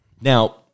Now